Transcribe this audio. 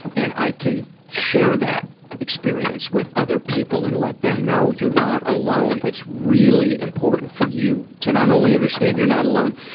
and i can share that experience with other people and let them know, you're not alone. it's really important for you to not only understand you're not alone,